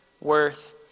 worth